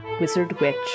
wizard-witch